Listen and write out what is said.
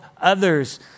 others